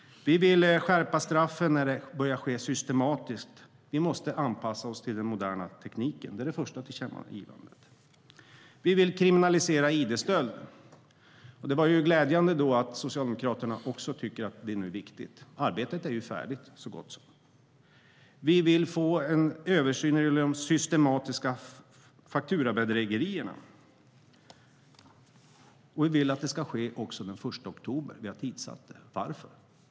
Vi vill skärpa straffen när det börjar ske systematiskt. Vi måste anpassa oss till den moderna tekniken. Det är det första tillkännagivandet. Vi vill kriminalisera id-stöld. Det är glädjande att Socialdemokraterna också tycker att det är viktigt. Arbetet är ju så gott som färdigt. Vi vill få en översyn när det gäller de systematiska fakturabedrägerierna, och vi vill att det ska ske senast den 1 oktober. Vi har tidssatt det. Varför?